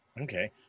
Okay